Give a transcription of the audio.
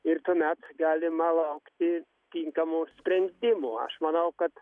ir tuomet galima laukti tinkamų sprendimų aš manau kad